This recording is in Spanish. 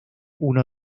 uno